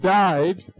died